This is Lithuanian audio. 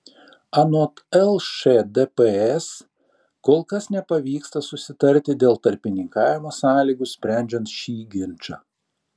anot lšdps kol kas nepavyksta susitarti dėl tarpininkavimo sąlygų sprendžiant šį ginčą